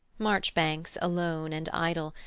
marchbanks, alone and idle,